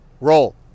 roll